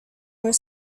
where